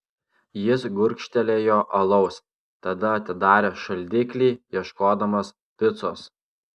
jis gurkštelėjo alaus tada atidarė šaldiklį ieškodamas picos